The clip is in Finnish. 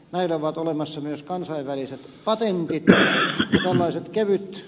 näille ovat olemassa myös kansainväliset patentit